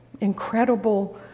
incredible